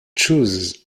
chooses